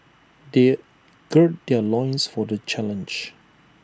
they gird their loins for the challenge